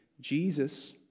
Jesus